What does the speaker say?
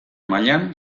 mailan